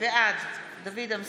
בעד גלעד